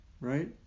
right